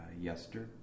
yesterday